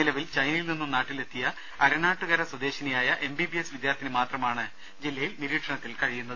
നിലവിൽ ചൈനയിൽ നിന്നും നാട്ടിലെത്തിയ അരണാട്ടുകര സ്വദേശിനിയായ എം ബി ബി എസ് വിദ്യാർത്ഥിനി മാത്രമാണ് ജില്ലയിൽ നിരീക്ഷണത്തിൽ കഴിയുന്നത്